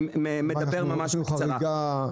אנחנו בחריגה בזמנים.